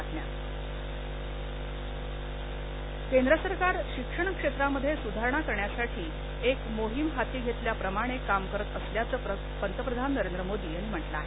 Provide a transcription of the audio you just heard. मोदी केंद्र सरकार शिक्षण क्षेत्रामध्ये सुधारणा करण्यासाठी एक मोहीम हाती घेल्याप्रमाणे काम करत असल्याच पतप्रधान नरेंद्र मोदी यांनी सांगितलं आहे